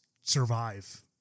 survive